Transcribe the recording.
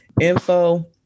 Info